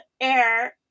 air